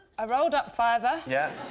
a rolled up fiver. yeah.